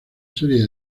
serie